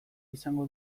izango